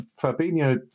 Fabinho